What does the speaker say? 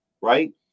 right